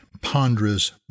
ponderous